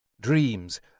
Dreams